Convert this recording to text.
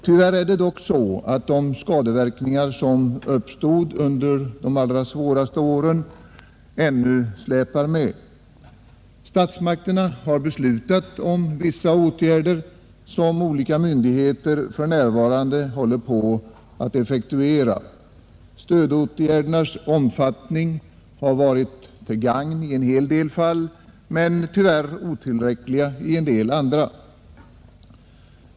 Tyvärr är det dock så att de skadeverkningar som uppstod under de allra svåraste åren ännu släpar med. Statsmakterna har beslutat om vissa åtgärder, som olika myndigheter för närvarande håller på att effektuera. Stödåtgärdernas omfattning har varit till gagn i en hel del fall, men dessvärre otillräckliga i en del andra.